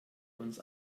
uns